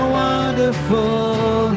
wonderful